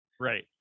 right